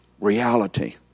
reality